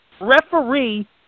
referee